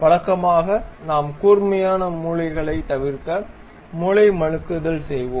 வழக்கமாக நாம் கூர்மையான மூலைகளை தவிர்க்க மூலை மழுக்குதல் செய்வோம்